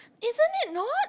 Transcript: isn't it not